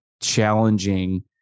challenging